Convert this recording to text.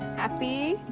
happy